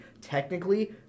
technically